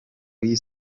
w’iyi